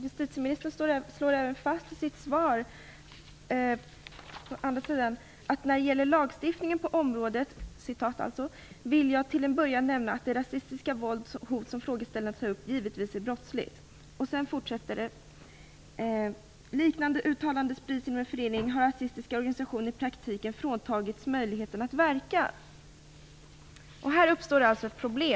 Justitieministern slår på andra sidan i sitt svar fast: "När det gäller lagstiftningen på området vill jag till en början nämna att det rasistiska våld och hot som frågeställarna tar upp givetvis är brottsligt." Sedan konstaterar hon att "rasistiska organisationer i praktiken fråntagits möjligheten att verka". Här uppstår ett problem.